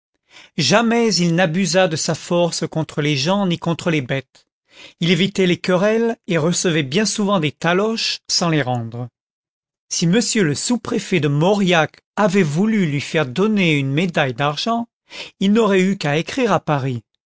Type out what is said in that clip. jamais il n'abusa de sa force contre les gens ni contre les bêtes il évitait les querelles et recevait bien souvent des taloches sans les rendre si m le sous-préfet de mauriac avait voulu lui faire donner une médaille d'argent il n'aurait eu qu'à écrire à paris